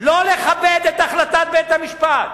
לא לכבד את החלטת בית-המשפט.